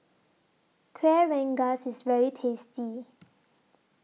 Kueh Rengas IS very tasty